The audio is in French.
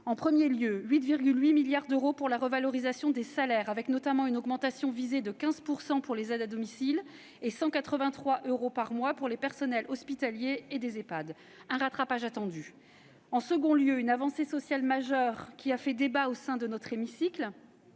il prévoit 8,8 milliards d'euros pour la revalorisation des salaires, avec notamment une augmentation visée de 15 % pour les aides à domicile, et de 183 euros par mois pour les personnels hospitaliers et des Ehpad. Ce rattrapage était attendu. Ensuite, il contient une avancée sociale majeure qui a fait débat au sein de notre hémicycle,